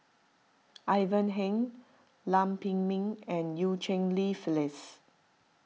Ivan Heng Lam Pin Min and Eu Cheng Li Phyllis